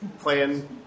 playing